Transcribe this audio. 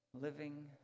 living